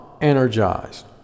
energized